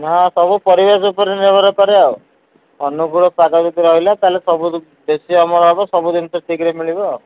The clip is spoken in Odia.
ହଁ ସବୁ ପରିବେଶ ଉପରେ ନିର୍ଭର କରେ ଆଉ ଅନୁକୂଳ ପାଗ ଯଦି ରହିଲା ତାହାଲେ ସବୁଠୁ ବେଶୀ ଅମଳ ହବ ସବୁ ଜିନିଷ ଠିକ୍ରେ ମିଳିବ